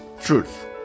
truth